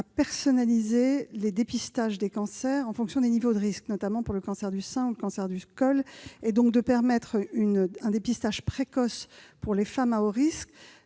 personnaliser les dépistages en fonction des niveaux de risques, notamment pour le cancer du sein et du col, et donc de permettre un dépistage précoce pour les femmes à haut risque.